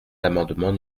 l’amendement